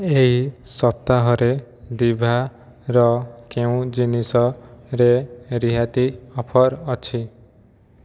ଏହି ସପ୍ତାହରେ ଦିଭାର କେଉଁ ଜିନିଷରେ ରିହାତି ଅଫର୍ ଅଛି